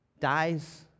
dies